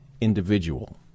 individual